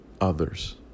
others